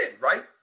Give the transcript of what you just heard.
right